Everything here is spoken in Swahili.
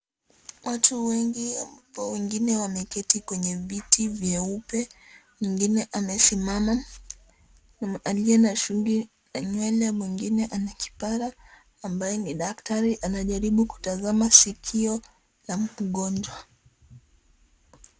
Watu wengi wengine wameketi kwenye viti vyeupe, mwingine amesimama. Aliye na shungi la nywele mwingine ana kipara, ambaye ni daktari anajaribu kutazama sikio la mgonjwa.